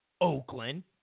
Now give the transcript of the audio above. Oakland